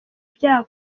byaha